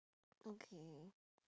okay